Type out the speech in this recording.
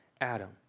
Adam